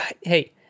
hey